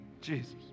Jesus